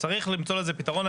צריך למצוא לזה פתרון.